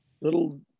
little